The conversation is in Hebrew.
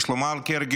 יש לומר כהרגלו,